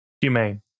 Humane